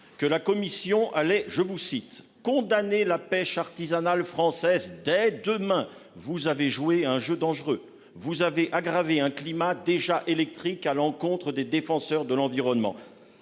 que la commission allait je vous cite condamné la pêche artisanale française dès demain. Vous avez joué un jeu dangereux. Vous avez aggraver un climat déjà électrique à l'encontre des défenseurs de l'environnement.